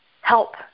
help